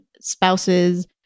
spouses